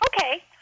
Okay